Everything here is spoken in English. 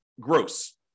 gross